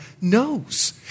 knows